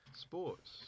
sports